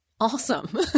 Awesome